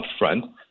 upfront